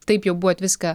taip jau buvot viską